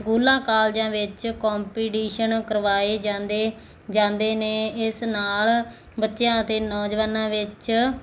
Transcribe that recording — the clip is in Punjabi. ਸਕੂਲਾਂ ਕਾਲਜਾਂ ਵਿੱਚ ਕੰਪੀਟੀਸ਼ਨ ਕਰਵਾਏ ਜਾਂਦੇ ਜਾਂਦੇ ਨੇ ਇਸ ਨਾਲ ਬੱਚਿਆਂ ਅਤੇ ਨੌਜਵਾਨਾਂ ਵਿੱਚ